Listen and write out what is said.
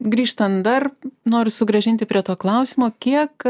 grįžtant dar noriu sugrąžinti prie to klausimo kiek